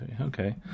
Okay